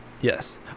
Yes